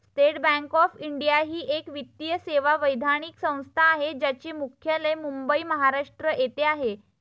state Bank of India ही एक वित्तीय सेवा वैधानिक संस्था आहे ज्याचे मुख्यालय मुंबई, महाराष्ट्र येथे आहे